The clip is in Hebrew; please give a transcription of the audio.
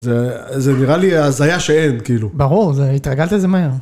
זה נראה לי הזיה שאין, כאילו. ברור, זה... התרגלת לזה מהר.